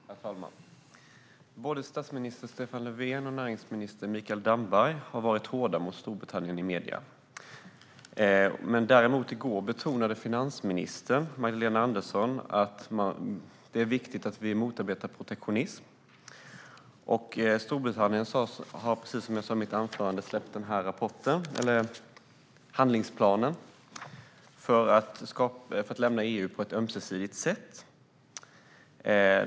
Herr talman! Både statsminister Stefan Löfven och näringsminister Mikael Damberg har varit hårda mot Storbritannien i medierna. Däremot betonade finansminister Magdalena Andersson i går att det är viktigt att vi motarbetar protektionism. Storbritannien har, precis som jag sa i mitt anförande, lagt fram en handlingsplan för att lämna EU på ett ömsesidigt sätt.